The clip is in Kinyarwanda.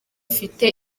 afite